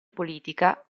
politica